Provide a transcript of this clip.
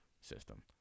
system